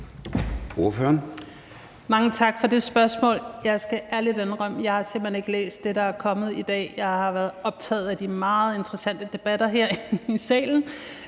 Mange tak for det spørgsmål. Jeg skal ærligt indrømme, at jeg simpelt hen ikke har læst det, der er kommet i dag. Jeg har været optaget af de meget interessante debatter herinde i salen.